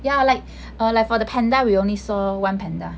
ya like err like for the panda we only saw one panda